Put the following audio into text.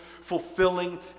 fulfilling